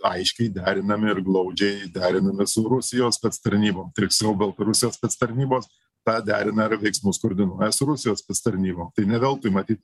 aiškiai derinami ir glaudžiai derinami su rusijos spec tarnybom tiksliau baltarusijos spec tarnybos tą derina ir veiksmus koordinuoja su rusijos spec tarnybom tai ne veltui matyt